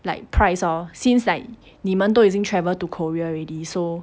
like price loh since like 你们都已经 travel to korea already so